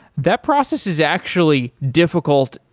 that process is actually difficult.